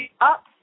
up